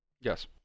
yes